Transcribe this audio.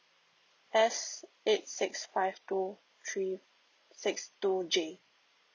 S eight six five two three six two J